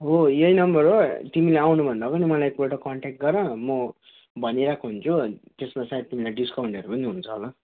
हो यही नम्बर हो तिमीले आउनुभन्दा पनि मलाई एकपल्ट कन्ट्याक्ट गर म भनिरहेको हुन्छु त्यसमा सायद तिमीलाई डिस्काउन्टहरू पनि हुन्छ होला